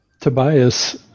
Tobias